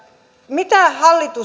mitä hallitus